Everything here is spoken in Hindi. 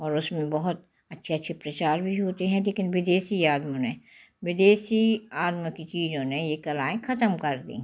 और उस में बहोत अच्छे अच्छे प्रचार भी होते हैं लेकिन विदेशी आदमियों ने विदेशी की चीज़ों ने कलाएँ ख़त्म कर दी